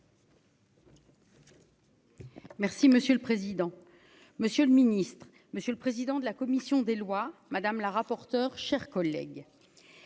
Merci monsieur le président, Monsieur le Ministre, monsieur le président de la commission des lois, madame la rapporteure, chers collègues,